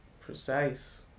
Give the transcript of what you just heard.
precise